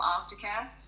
aftercare